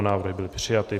Návrh byl přijat.